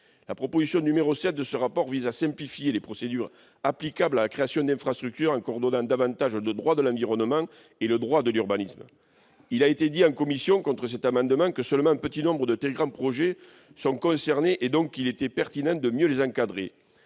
La proposition n° 7 de ce rapport vise à simplifier les procédures applicables à la création d'infrastructures, en coordonnant davantage le droit de l'environnement et le droit de l'urbanisme. En commission, il a été dit contre cet amendement que seul un petit nombre de très grands projets serait concerné et qu'il était donc pertinent de mieux encadrer